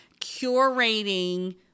curating